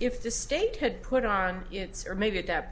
if the state could put on its or maybe at that